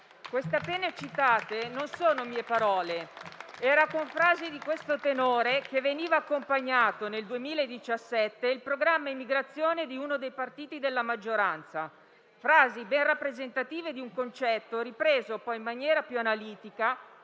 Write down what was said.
Quelle appena citate non sono mie parole. Era con frasi di questo tenore che veniva accompagnato, nel 2017, il programma immigrazione di uno dei partiti della maggioranza: frasi ben rappresentative di un concetto ripreso in maniera più analitica